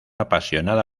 apasionada